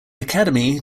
academy